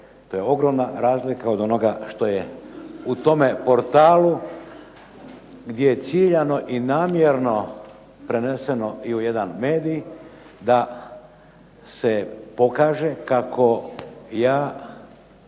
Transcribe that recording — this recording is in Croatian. To je ogromna razlika od onoga što je u tome portalu gdje ciljano i namjerno preneseno i u jedan medij da se pokaže kako ja